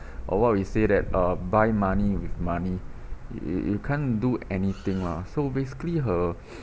or what we say that uh buy money with money you you can't do anything lah so basically her